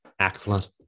Excellent